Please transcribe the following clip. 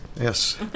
Yes